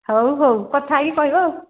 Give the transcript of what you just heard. ହଉ ହଉ କଥା ହେଇକି କହିବ ଆଉ